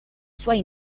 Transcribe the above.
suoi